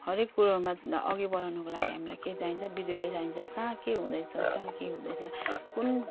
हरेक कुरोमा अघि बढाउनुको लागि हामीलाई के चाहिन्छ बिजुली चाहिन्छ कहाँ के हुँदैछ कहाँ के हुँदैछ कुन